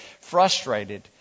frustrated